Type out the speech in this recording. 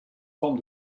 forme